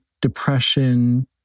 depression